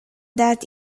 that